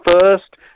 first